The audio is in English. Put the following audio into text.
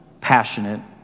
passionate